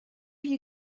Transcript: you